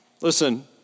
listen